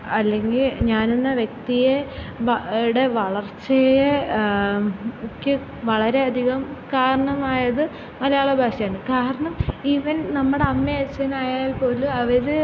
അല്ലെങ്കിൽ ഞാനെന്ന വ്യക്തിയെ എവിടെ വളർച്ചയെ എനിക്ക് വളരെ അധികം കാരണമായത് മലയാള ഭാഷയാണ് കാരണം ഈവൻ നമ്മുടെ അമ്മയും അച്ഛനും ആയാൽ പോലും അവർ